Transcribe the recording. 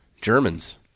Germans